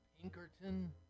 Pinkerton